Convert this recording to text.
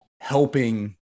helping